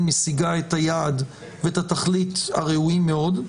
משיגה את היעד ואת התכלית הראויים מאוד,